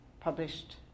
published